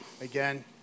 again